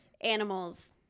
Animals